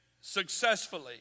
Successfully